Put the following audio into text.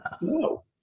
No